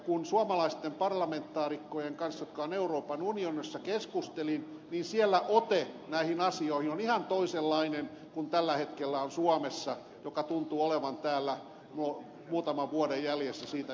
kun suomalaisten parlamentaarikkojen kanssa jotka ovat euroopan unionissa keskustelin niin siellä ote näihin asioihin on ihan toisenlainen kuin tällä hetkellä on suomessa joka tuntuu olevan muutaman vuoden jäljessä siitä mitä todella tapahtuu